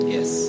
Yes